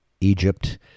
Egypt